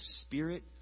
Spirit